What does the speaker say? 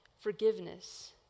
forgiveness